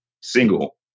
single